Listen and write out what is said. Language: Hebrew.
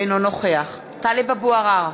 אינו נוכח טלב אבו עראר,